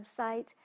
website